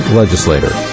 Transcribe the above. legislator